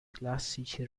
classici